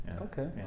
Okay